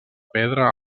pedra